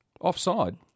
Offside